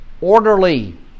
Orderly